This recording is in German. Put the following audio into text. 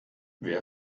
wer